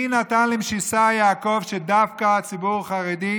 מי נתן למשיסה יעקב, שדווקא הציבור החרדי,